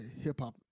hip-hop